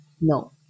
No